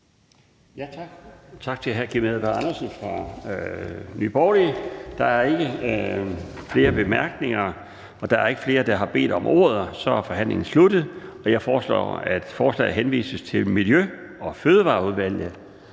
Tak til hr. Kim Edberg Andersen fra Nye Borgerlige. Der er ikke flere korte bemærkninger, og der er ikke flere, der har bedt om ordet, og så er forhandlingen sluttet. Jeg foreslår, at forslaget til folketingsbeslutning henvises Miljø- og Fødevareudvalget.